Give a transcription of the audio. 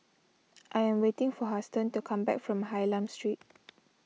I am waiting for Huston to come back from Hylam Street